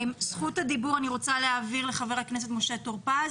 זכות הדיבור לחבר הכנסת משה טור פז.